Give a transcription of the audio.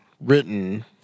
written